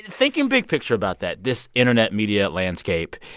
thinking big picture about that, this internet media landscape,